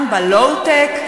גם בלואו-טק,